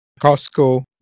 Costco